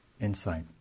insight